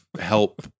help-